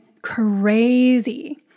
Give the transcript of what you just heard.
crazy